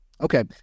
Okay